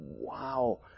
wow